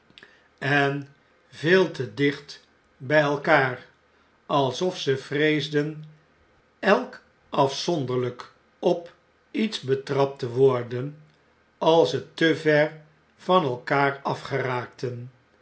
en veel te dicht btj elkaar alsof ze vreesden elk afupwsiw sw in londen en paeijs zonderlflk op lets betrapt te worden als zete ver van elkaar af